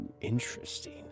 interesting